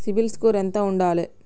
CIBIL score ఎంత ఉండాలే?